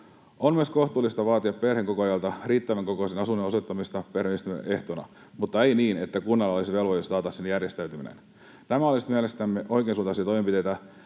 On myös kohtuullista vaatia perheenkokoajalta riittävän kokoisen asunnon osoittamista perheenyhdistämisen ehtona, mutta ei niin, että kunnalla olisi velvollisuus taata sen järjestäminen. Nämä olisivat mielestämme oikeansuuntaisia toimenpiteitä.